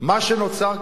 מה שנוצר כאן,